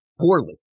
Poorly